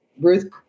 Ruth